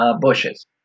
bushes